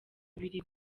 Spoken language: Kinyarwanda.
ibiri